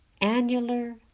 annular